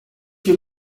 you